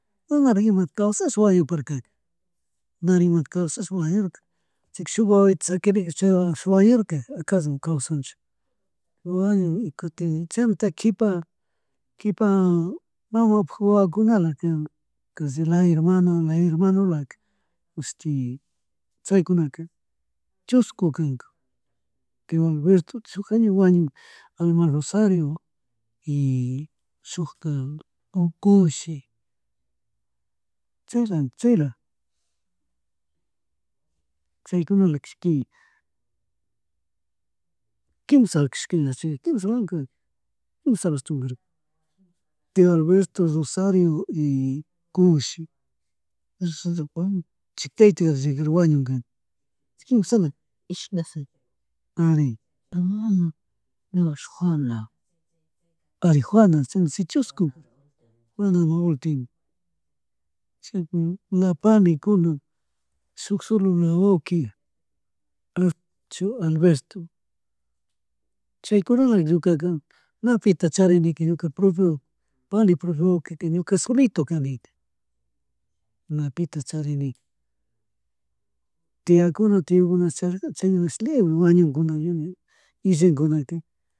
Manarik ima kawshashpa wañuparkaka, narin ima kawshash wañukra chayka shuk wawito shakirin chay wawaka wañurka akasho kawanchu, wañun, y kutin chaymuntak kipa, kipa mamapuk wawakunala kana, kashi imashuti chaykunaka chushku kanka, Gualberto, shuja ña wañun ala Rosarion, y shuka compa Coshi, chayla, chayla chaykunala kashka kimshla kashka yachik kimshalakan mi kan kimshala chumbirirka tio Alberto, Rosario y Conshi, chaylapan chika kaytik wañunka chika quimshala ari mana, imashu Juana, ari Juana, ari si chushku, Juanami ultimo chaypimi na pani kunakna shuk sholola wawki, Alberto chaykunala karka ñukaka na pita charinika ñuka propio pani, propio wawkita ñuka solito kanika, na pita charinika tiakuna, tioyukuna charikani chay cahymi libre wañukuna diosmio illankunaka.